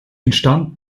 entstand